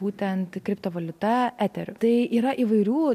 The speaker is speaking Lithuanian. būtent kriptovaliuta eteriu tai yra įvairių